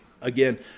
again